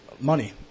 money